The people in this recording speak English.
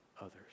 others